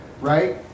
right